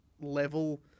level